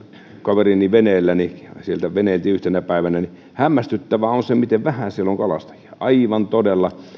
kaverini veneellä sieltä veneiltiin yhtenä päivänä ja hämmästyttävää on se miten vähän siellä on kalastajia todella